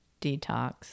detox